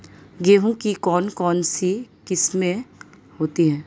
गेहूँ की कौन कौनसी किस्में होती है?